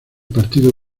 partido